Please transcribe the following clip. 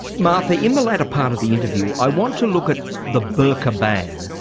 martha in the latter part of the interview i want to look at the burqa ban,